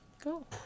Cool